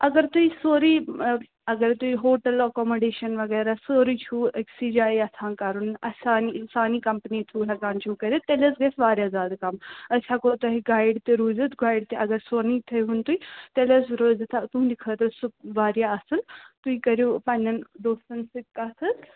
اَگر تُہۍ سورُے اگر تُہۍ ہوٹل ایکامِڈیشن وغیرہ سٲری چھُو أکۍسٕے جایہِ یژھان کَرُن اَسہِ سانہِ سانہِ کمپٔنی تھرٛوٗ ہیٚکان چھِو کٔرِتھ تیٛلہِ حَظ گژھِ واریاہ زیادٕ کم أسۍ ہیٚکو تۄہہ گایِڈ تہِ روٗزتھ گایِڈ تہِ اگر سونُے تھٲیہوٗن تُہۍ تیٛلہِ حَظ روزِ تُہٕنٛدِ خٲطرٕ سُہ واریاہ اَصٕل تُہۍ کٔرِو پنٕنٮ۪ن دوستن سۭتۍ کٔتھ حَظ